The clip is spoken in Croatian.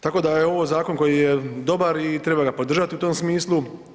Tako da je ovo zakon koji je dobar i treba ga podržat u tom smislu.